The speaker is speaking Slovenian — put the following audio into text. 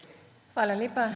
Hvala lepa.